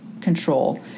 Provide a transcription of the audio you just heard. control